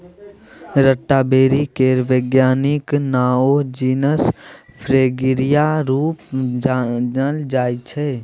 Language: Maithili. स्टाँबेरी केर बैज्ञानिक नाओ जिनस फ्रेगेरिया रुप मे जानल जाइ छै